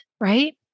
Right